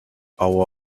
hour